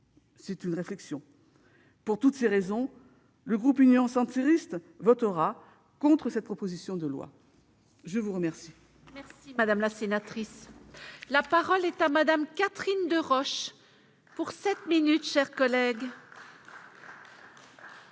C'est une réflexion. Pour toutes ces raisons, le groupe Union Centriste votera contre cette proposition de loi. La parole